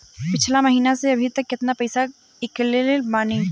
पिछला महीना से अभीतक केतना पैसा ईकलले बानी?